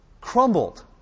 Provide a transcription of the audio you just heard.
crumbled